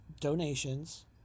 donations